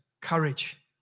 courage